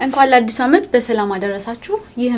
and you